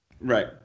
Right